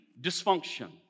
dysfunction